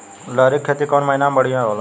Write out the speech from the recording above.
लहरी के खेती कौन महीना में बढ़िया होला?